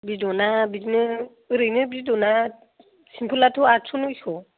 बिदना बिदिनो ओरैनो बिदना सिमफोलाथ' आठस' नयस'